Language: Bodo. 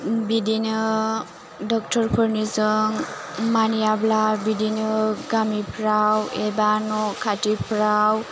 बिदिनो डक्टरफोरनिजों मानियाब्ला बिदिनो गामिफ्राव एबा न' खाथिफ्राव